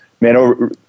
man